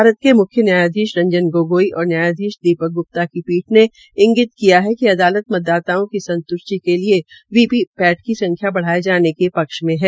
भारत के मुख्य न्यायाधीश रंजन गोगोई और न्यायाधीश दी क ग्प्ता की पीठ ने इंगित किया है कि अदालत मतदाताओं की संत्ष्टि के लिये वी वी ौट की संख्या बढ़ाये जाने के ाक्ष में है